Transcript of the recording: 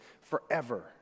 forever